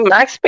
Max